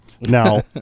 now